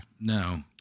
no